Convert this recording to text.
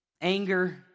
anger